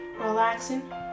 Relaxing